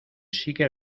sigue